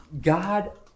God